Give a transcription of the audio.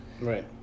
Right